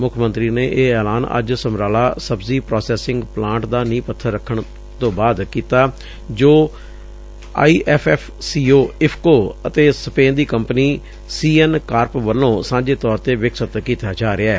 ਮੁੱਖ ਮੰਤਰੀ ਨੇ ਇਹ ਐਲਾਨ ਅੱਜ ਸਮਰਾਲਾ ਸਬਜ਼ੀ ਪ੍ਾਸੈਸਿੰਗ ਪਲਾਂਟ ਦਾ ਨੀਹ ਪੱਬਰ ਰੱਖਣ ਤੋਂ ਬਾਅਦ ਕੀਤਾ ਜੋ ਆਈਐਫਐਫਸੀਓ ਇਫਕੋ ਅਤੇ ਸਪੇਨ ਦੀ ਕੰਪਨੀ ਸੀਐਨ ਕਾਰਪ ਵੱਲੋਂ ਸਾਂਝੇ ਤੌਰ ਤੇ ਵਿਕਸਿਤ ਕੀਤਾ ਜਾ ਰਿਹੈ